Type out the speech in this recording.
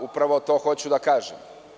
Upravo to hoću da kažem.